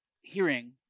hearing